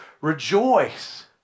rejoice